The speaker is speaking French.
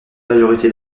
majorité